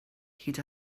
hyd